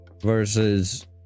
versus